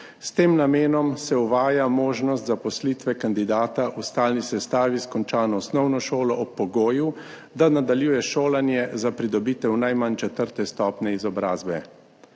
S tem namenom se uvaja možnost zaposlitve kandidata v stalni sestavi s končano osnovno šolo ob pogoju, da nadaljuje šolanje za pridobitev najmanj četrte stopnje izobrazbe.